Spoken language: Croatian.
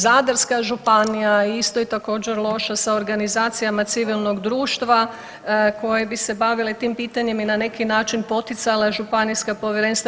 Zadarska županija, isto je također loša sa organizacijama civilnog društva koje bi se bavile tim pitanjem i na neki način poticala županijska povjerenstva.